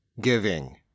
giving